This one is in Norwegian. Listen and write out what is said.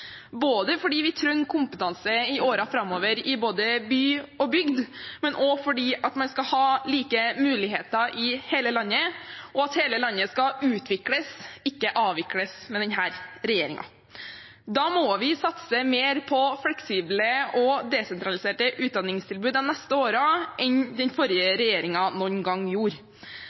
både fordi vi trenger kompetanse i årene framover i både by og bygd, fordi man skal ha like muligheter i hele landet, og fordi hele landet skal utvikles, ikke avvikles, med denne regjeringen. Da må vi satse mer på fleksible og desentraliserte utdanningstilbud de neste årene enn den forrige regjeringen noen gang gjorde.